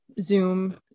Zoom